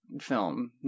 film